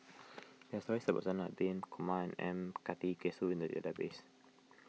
there are stories about Zainal Abidin Kumar M Karthigesu in the database